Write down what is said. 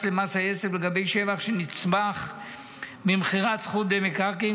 למס היסף לגבי שבח שנצמח ממכירת זכות במקרקעין,